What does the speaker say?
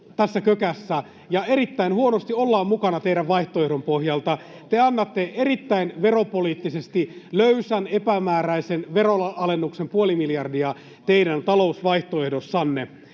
tässä kökässä — ja erittäin huonosti ollaan mukana teidän vaihtoehtonne pohjalta. Te annatte veropoliittisesti erittäin löysän, epämääräisen veronalennuksen, puoli miljardia, teidän talousvaihtoehdossanne